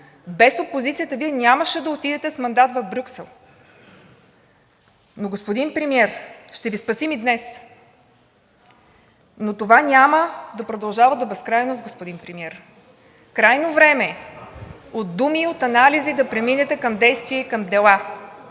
Без опозицията Вие нямаше да отидете с мандат в Брюксел! Но господин Премиер, ще Ви спасим и днес! Но това няма да продължава до безкрайност, господин Премиер! Крайно време е от думи и от анализи да преминете към действия и към дела.